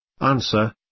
Answer